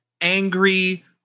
angry